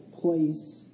place